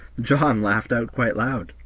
john laughed out quite loud.